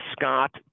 Scott